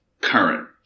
Current